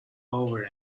over